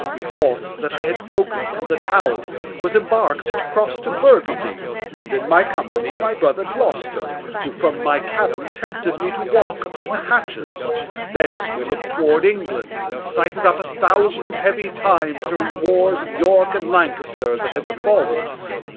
methoughts that i had broken from the tower, and was embark'd to cross to burgundy and, in my company, my brother gloster who from my cabin tempted me to walk upon the hatches thence we look'd toward england, and cited up a thousand heavy times, during the wars of york and lancaster, that had befall'n us.